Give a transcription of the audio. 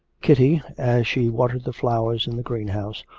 kitty, as she watered the flowers in the greenhouse,